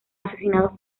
asesinados